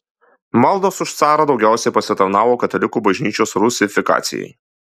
maldos už carą daugiausiai pasitarnavo katalikų bažnyčios rusifikacijai